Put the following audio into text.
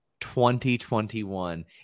2021